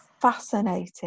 fascinating